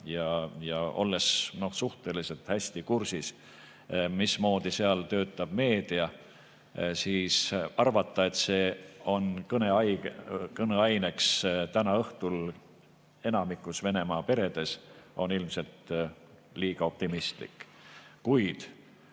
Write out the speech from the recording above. – olen suhteliselt hästi kursis, mismoodi seal töötab meedia –, siis arvata, et see on täna õhtul kõneaineks enamikus Venemaa peredes, on ilmselt liiga optimistlik.